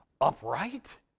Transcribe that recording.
Upright